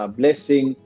blessing